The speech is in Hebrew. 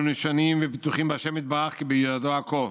אנחנו נשענים ובטוחים בהשם יתברך כי בידו הכול.